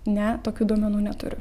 ne tokių duomenų neturiu